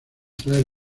traer